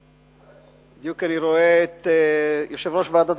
בדיוק אני רואה את יושב-ראש ועדת